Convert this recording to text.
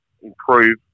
improve